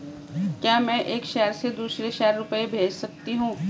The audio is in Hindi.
क्या मैं एक शहर से दूसरे शहर रुपये भेज सकती हूँ?